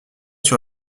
sur